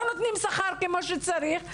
לא נותנים שכר כמו שצריך,